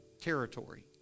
territory